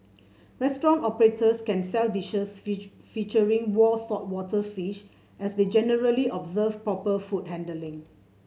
restaurant operators can sell dishes featuring raw saltwater fish as they generally observe proper food handling